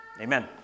amen